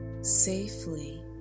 safely